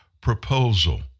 proposal